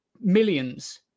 millions